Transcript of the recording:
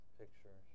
picture